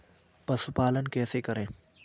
पशुपालन कैसे करें?